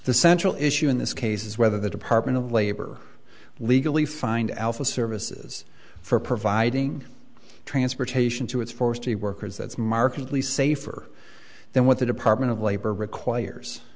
the central issue in this case is whether the department of labor legally fined alpha services for providing transportation to its forced the workers that's markedly safer than what the department of labor requires